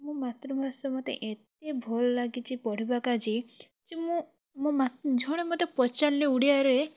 ଆମ ମାତୃଭାଷା ମୋତେ ଏତେ ଭଲ୍ ଲାଗିଛି ପଢ଼ିବାକ୍ ଆଜି ଯେ ମୁଁ ମା ଜଣେ ମୋତେ ପଚାରିଲେ ଓଡ଼ିଆରେ